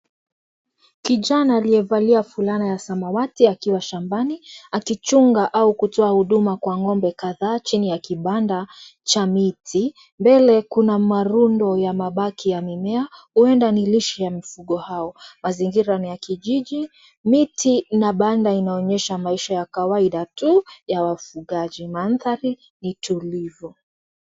Kijana aliye valia fulana ya samawati akiwa shambani, akichunga au kutoa huduma kwa ngombe kadhaa chini ya kibanda, cha miti, mbele kuna marundo ya mabaki ya memea, huenda ni lishe ya mifugo hao, mazingira ni ya kijiji, miti, a banda inaonyesha maisha ya kawaida tu, ya wafugaji, manthari, ni tulivu.